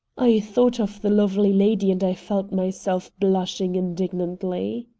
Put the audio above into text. i thought of the lovely lady, and i felt myself blushing indignantly.